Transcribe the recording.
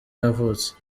yavutse